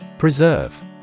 Preserve